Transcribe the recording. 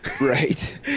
Right